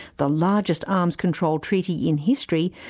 the largest arms control treaty in history,